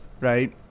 right